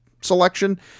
selection